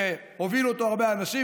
שהובילו אותו הרבה אנשים,